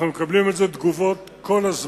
אנחנו מקבלים על זה תגובות כל הזמן,